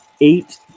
eight